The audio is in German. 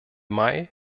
mai